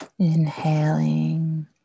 Inhaling